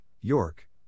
York